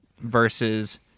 versus